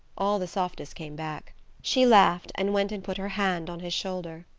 all the softness came back. she laughed, and went and put her hand on his shoulder.